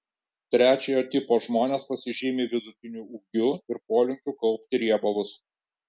trečiojo tipo žmonės pasižymi vidutiniu ūgiu ir polinkiu kaupti riebalus